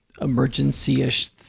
emergency-ish